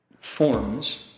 forms